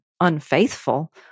unfaithful